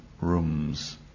rooms